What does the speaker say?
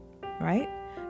right